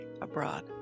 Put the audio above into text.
abroad